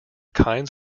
kinds